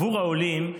בעבור העולים,